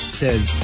says